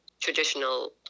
traditional